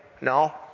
no